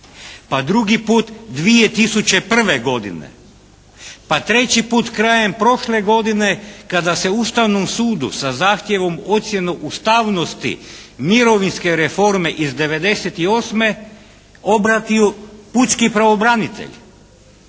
pa drugi put 2001. godine? Pa treći put krajem prošle godine kada se Ustavnom sudu sa zahtjevom ocjene ustavnosti mirovinske reforme iz '98. obratio pučki pravobranitelj?